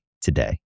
today